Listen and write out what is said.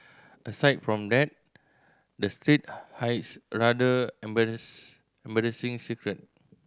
aside from that the street hides a rather embarrass embarrassing secret